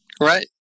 Right